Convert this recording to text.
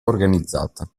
organizzata